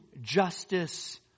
justice